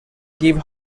give